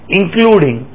including